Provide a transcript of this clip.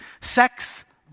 Sex